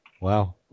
Wow